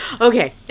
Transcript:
Okay